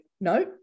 no